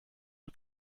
who